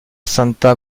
santa